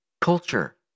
culture